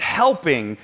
helping